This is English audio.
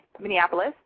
minneapolis